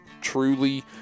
truly